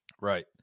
Right